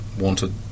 wanted